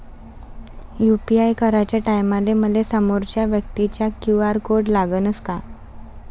UPI कराच्या टायमाले मले समोरच्या व्यक्तीचा क्यू.आर कोड लागनच का?